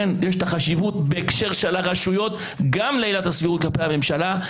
ולכן יש חשיבות בהקשר של הרשויות גם לעילת הסבירות כלפי הממשלה.